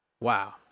wow